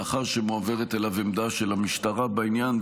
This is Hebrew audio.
לאחר שמועברת אליו עמדה של המשטרה בעניין.